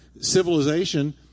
civilization